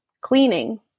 cleaning